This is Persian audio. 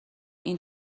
این